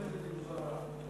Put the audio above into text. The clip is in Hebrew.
ההתנהגות של חברי הכנסת מוזרה.